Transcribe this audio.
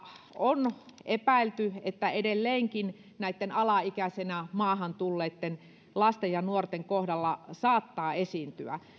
on epäilty että sitä edelleenkin näitten alaikäisenä maahan tulleitten lasten ja nuorten kohdalla saattaa esiintyä